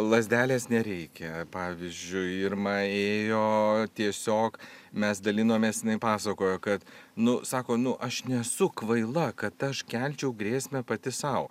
lazdelės nereikia pavyzdžiui irma ėjo tiesiog mes dalinomės jinai pasakojo kad nu sako nu aš nesu kvaila kad aš kelčiau grėsmę pati sau